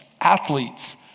athletes